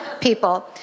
people